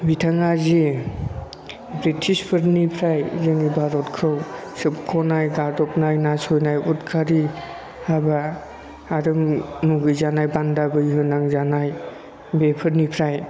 बिथाङा जे बृटिसफोरनिफ्राय जोंनि भारतखौ सोबख'नाय गादबनाय नासनाय उदखारि हाबा आरो मुगै जानाय बान्दा बैहो नांजानाय बेफोरनिफ्राय